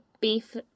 beef